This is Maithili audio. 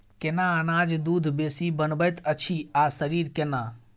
केना अनाज दूध बेसी बनबैत अछि आ शरीर केना?